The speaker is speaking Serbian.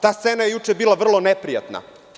Ta scena je juče bila vrlo neprijatna.